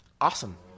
Awesome